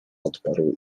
odparł